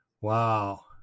Wow